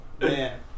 Man